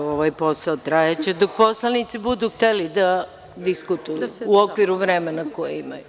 Ovaj posao će trajati dok poslanici budu hteli da diskutuju u okviru vremena koje imaju.